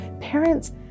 Parents